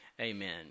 amen